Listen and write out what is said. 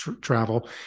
travel